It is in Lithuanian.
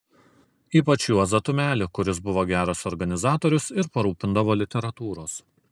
ypač juozą tumelį kuris buvo geras organizatorius ir parūpindavo literatūros